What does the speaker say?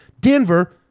Denver